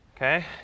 Okay